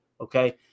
okay